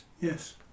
Yes